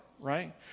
right